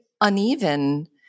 uneven